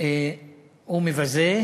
הוא מבזה,